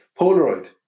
Polaroid